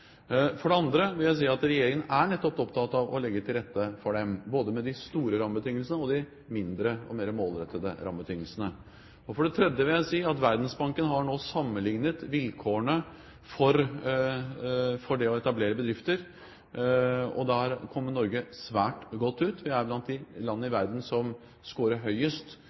For det andre vil jeg si at regjeringen nettopp er opptatt av å legge til rette for dem, både når det gjelder de store rammebetingelsene og de mindre og mer målrettede rammebetingelsene. For det tredje vil jeg si at Verdensbanken nå har sammenlignet vilkårene for det å etablere bedrifter, og der kommer Norge svært godt ut. Vi er blant de land i verden som skårer høyest